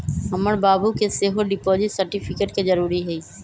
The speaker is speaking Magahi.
हमर बाबू के सेहो डिपॉजिट सर्टिफिकेट के जरूरी हइ